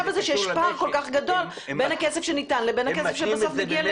הזה שיש פער כל כך גדול בין הכסף שניתן לבין הכסף שמגיע בסוף לביצוע.